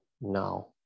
now